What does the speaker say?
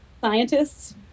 Scientists